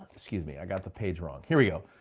excuse me, i got the page wrong. here we go.